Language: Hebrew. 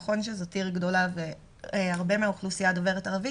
נכון שזאת עיר גדולה והרבה מהאוכלוסייה דוברת ערבית,